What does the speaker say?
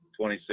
26